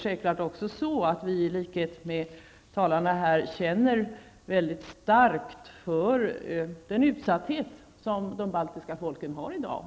Självfallet känner vi, i likhet med talarna här, mycket starkt för den utsatthet som de baltiska folken har i dag.